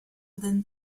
within